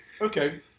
okay